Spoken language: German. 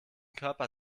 körper